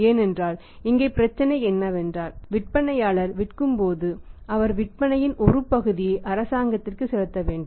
ஏனென்றால் இங்கே பிரச்சனை என்னவென்றால் விற்பனையாளர் விற்கும்போது அவர் விற்பனையின் ஒரு பகுதியை அரசாங்கத்திற்கு செலுத்த வேண்டும்